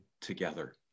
together